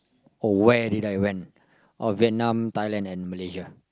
oh where did I went Vietnam Thailand and Malaysia